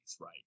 right